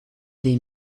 des